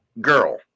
girl